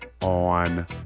on